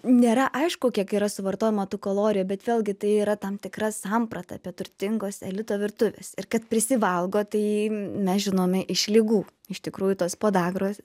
nėra aišku kiek yra suvartojama tų kalorijų bet vėlgi tai yra tam tikra samprata apie turtingos elito virtuvės ir kad prisivalgo tai mes žinome iš ligų iš tikrųjų tos podagros